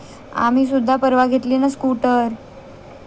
आम्ही सुद्धा परवा घेतली ना स्कूटर